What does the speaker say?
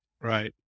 Right